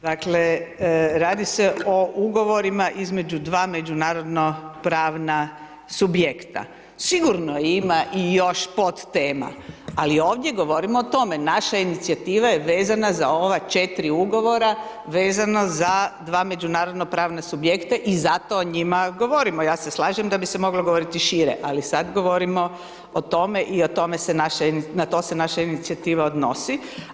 Dakle, radi se o ugovorima između dva međunarodno pravna subjekta, sigurno ima i još podtema ali ovdje govorimo o tome, naša inicijativa je vezana za ova 4 ugovora vezano za 2 međunarodno pravna subjekta i zato o njima govorimo, ja se slažem da bi se moglo govoriti šire ali sad govorimo o tome i na to se naša inicijativa odnosi.